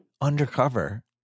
undercover